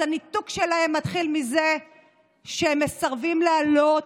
אז הניתוק שלהם מתחיל מזה שהם מסרבים להעלות,